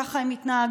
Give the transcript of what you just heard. ככה הם מתנהגים,